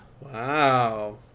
Wow